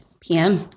PM